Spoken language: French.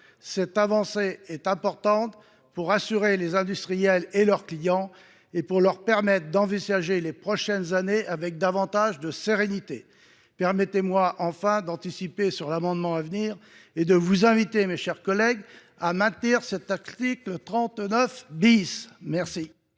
Cette avancée est importante pour rassurer les industriels et leurs clients et leur permettre d’envisager les prochaines années avec davantage de sérénité. Permettez moi enfin d’anticiper sur la discussion de l’amendement à venir en vous invitant, mes chers collègues, à maintenir cet article 39 .